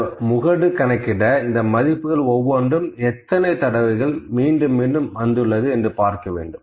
இந்த முகடு கணக்கிட இந்த மதிப்புகள் ஒவ்வொன்றும் எத்தனை தடவைகள் மீண்டும் மீண்டும் வந்துள்ளது என்று பார்க்க வேண்டும்